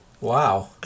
Wow